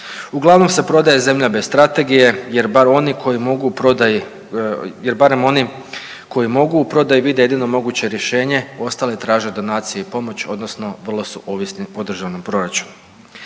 Uglavnom se prodaje zemlja bez strategije jer bar oni koji mogu u prodaji vide jedino moguće rješenje, ostali traže donacije i pomoć odnosno vrlo su ovisni o državnom proračunu.